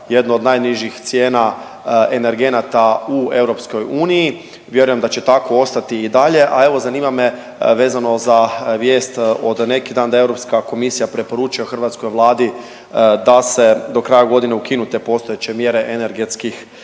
jednu od najnižih cijena energenata u EU. Vjerujem da će tako ostati i dalje. A evo zanima me vezano za vijest od neki dan da Europska komisija preporuča hrvatskoj Vladi da se do kraja ukinu te postojeće mjere energetskih